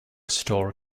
store